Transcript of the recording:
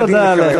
ביום הדין ניחרב.